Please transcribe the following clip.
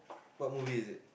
what movie is it